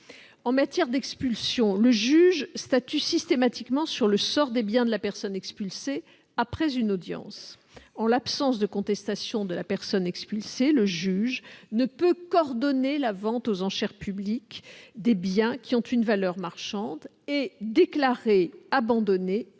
En matière d'expulsion, le juge statue systématiquement sur le sort des biens de la personne expulsée après une audience. En l'absence de contestation de la personne expulsée, le juge ne peut qu'ordonner la vente aux enchères publiques des biens qui ont une valeur marchande, et déclarer abandonnés